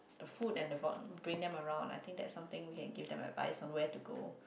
a food and award bring them around I think that something we can give they might buy somewhere to go